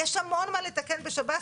יש המון מה לתקן בשב"ס,